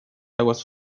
aguas